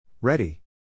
Ready